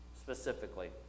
specifically